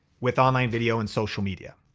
with online video and social media.